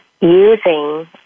using